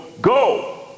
go